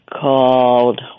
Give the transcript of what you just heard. called